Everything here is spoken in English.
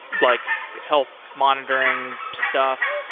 like health monitoring, stuff,